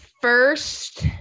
first